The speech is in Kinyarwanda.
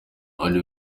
anne